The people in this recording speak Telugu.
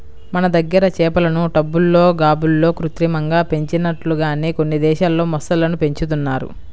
మన దగ్గర చేపలను టబ్బుల్లో, గాబుల్లో కృత్రిమంగా పెంచినట్లుగానే కొన్ని దేశాల్లో మొసళ్ళను పెంచుతున్నారు